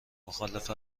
مخالف